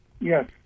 Yes